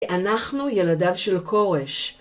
אנחנו ילדיו של כורש.